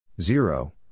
zero